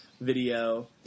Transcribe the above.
video